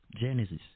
Genesis